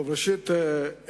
ראשית,